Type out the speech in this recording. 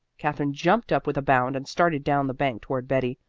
katherine jumped up with a bound and started down the bank toward betty.